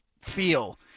feel